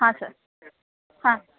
ಹಾಂ ಸರ್ ಹಾಂ